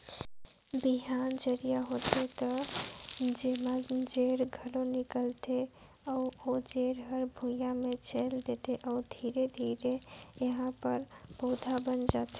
बिहान जरिया होथे त एमा जेर घलो निकलथे अउ ओ जेर हर भुइंया म चयेल देथे अउ धीरे धीरे एहा प पउधा बन जाथे